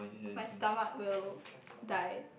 my stomach will die